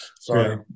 sorry